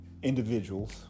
Individuals